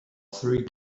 three